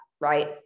right